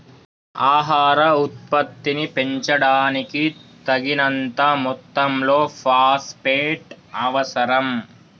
ఆహార ఉత్పత్తిని పెంచడానికి, తగినంత మొత్తంలో ఫాస్ఫేట్ అవసరం